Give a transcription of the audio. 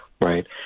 right